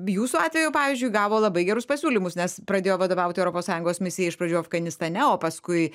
jūsų atveju pavyzdžiui gavo labai gerus pasiūlymus nes pradėjo vadovauti europos sąjungos misijai iš pradžių afganistane o paskui